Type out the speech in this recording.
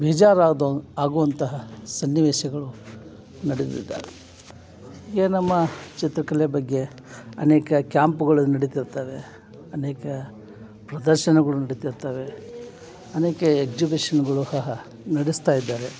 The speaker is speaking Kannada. ಬೇಜಾರಾಗೋ ಆಗುವಂತಹ ಸನ್ನಿವೇಶಗಳು ನಡೆದಿದ್ದಾವೆ ಈಗ ನಮ್ಮ ಚಿತ್ರಕಲೆ ಬಗ್ಗೆ ಅನೇಕ ಕ್ಯಾಂಪುಗಳು ನಡಿತಿರ್ತವೆ ಅನೇಕ ಪ್ರದರ್ಶನಗಳು ನಡಿತಿರ್ತವೆ ಅನೇಕ ಎಗ್ಜಿಬಿಷನ್ಗಳು ಸಹ ನಡೆಸ್ತಾಯಿದ್ದಾರೆ